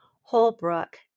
Holbrook